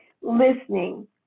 listening